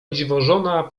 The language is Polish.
dziwożona